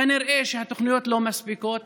נראה שהתוכניות לא מספיקות.